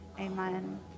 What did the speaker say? amen